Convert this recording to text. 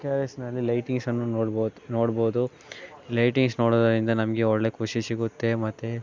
K R ಎಸ್ಸಿನಲ್ಲಿ ಲೈಟಿಂಗ್ಸನ್ನು ನೋಡ್ಬೋದು ನೋಡ್ಬೋದು ಲೈಟಿಂಗ್ಸ್ ನೋಡುವುದರಿಂದ ನಮಗೆ ಒಳ್ಳೆಯ ಖುಷಿ ಸಿಗುತ್ತೆ ಮತ್ತು